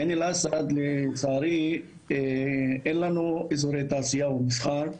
בעין אל-אסד לצערי, אין לנו אזורי תעשייה ומסחר,